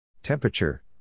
Temperature